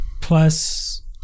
plus